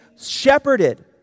shepherded